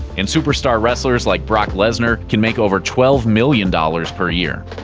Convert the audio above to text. and superstar wrestlers like brock lesnar can make over twelve million dollars per year.